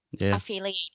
affiliate